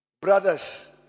Brothers